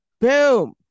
Boom